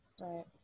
Right